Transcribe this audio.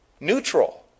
neutral